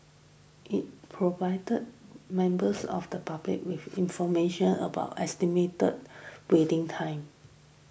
it provided members of the public with information about estimated waiting time